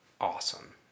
awesome